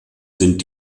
sind